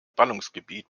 ballungsgebiet